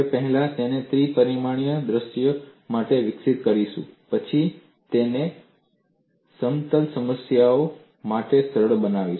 આપણે પહેલા તેને ત્રિ પરિમાણીય દૃશ્ય માટે વિકસિત કરીશું પછી તેને સમતલ સમસ્યાઓ માટે સરળ બનાવીશું